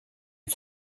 une